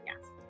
yes